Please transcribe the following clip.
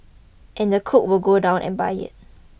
and the cook would go down and buy it